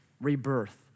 rebirth